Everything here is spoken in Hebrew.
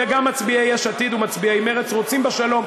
וגם מצביעי יש עתיד ומצביעי מרצ רוצים בשלום.